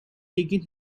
taken